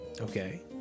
Okay